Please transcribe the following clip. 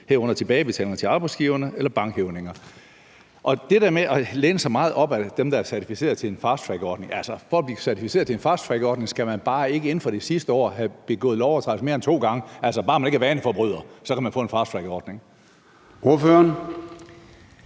herunder tilbagebetalinger til arbejdsgiverne eller bankhævninger. Og til det der med at læne sig meget op ad dem, der er certificeret til en fasttrackordning, vil jeg sige: Altså, for at blive certificeret til en fasttrackordning, skal man bare ikke inden for det sidste år have begået lovovertrædelser mere end to gange – altså, bare man ikke er vaneforbryder, kan man få en fasttrackordning. Kl.